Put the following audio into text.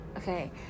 okay